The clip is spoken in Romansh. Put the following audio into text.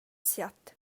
siat